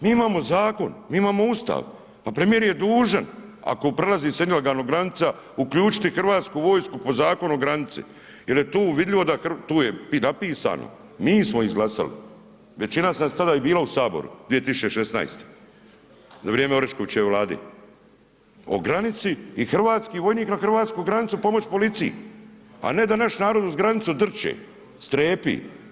Mi imamo zakon, mi imamo Ustav, pa premijer je dužan ako se prelazi ilegalno granica uključiti hrvatsku vojsku po Zakonu o granici, jel tu je napisano mi smo izglasali, većina nas je tada i bila u Saboru 2016. za vrijeme Oreškovićeve vlade o granici i hrvatski vojnik na hrvatsku granicu pomoć policiji, a ne da naš narod uz granicu dršće, strepi.